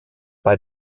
bei